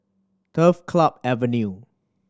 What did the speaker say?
Turf Club Avenue